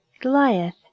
Goliath